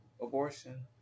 abortion